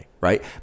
right